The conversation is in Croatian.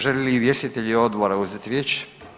Žele li izvjestitelji odbora uzeti riječ?